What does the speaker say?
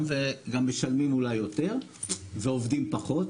וגם משלמים אולי יותר ועובדים פחות.